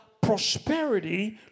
prosperity